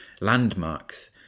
landmarks